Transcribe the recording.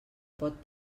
pot